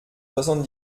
soixante